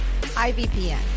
iVPN